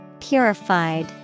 Purified